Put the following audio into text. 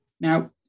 Now